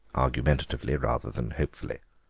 argumentatively rather than hopefully.